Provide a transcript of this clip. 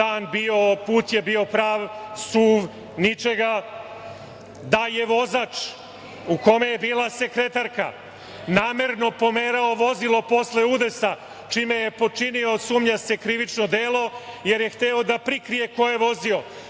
dan bio, put je bio prav, suv, da je vozač u kome je bila sekretarka namerno pomerao vozilo posle udesa čime je počinio, sumnja se, krivično delo, jer je hteo da prikrije ko je vozio.